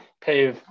pay